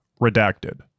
redacted